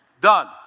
Done